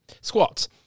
squats